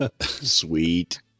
Sweet